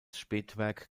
spätwerk